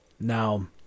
Now